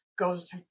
Goes